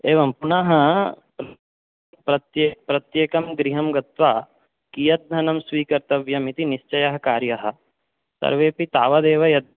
एवं पुनः प्रत्ये प्रत्येकं गृहं गत्वा कियद्धनं स्वीकर्तव्यम् इति निश्चयः कार्यः सर्वेऽपि तावदेव